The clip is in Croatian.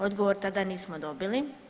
Odgovor tada nismo dobili.